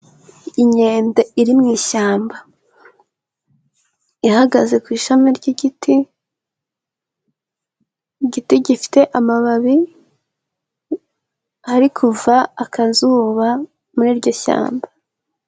Inkende iri mu ishyamba. Ihagaze ku ishami ry'igiti, igiti gifite amababi. Hari kuva akazuba muri iryo shyamba.